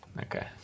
okay